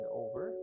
over